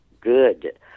good